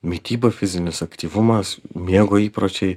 mityba fizinis aktyvumas miego įpročiai